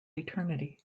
eternity